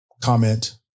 Comment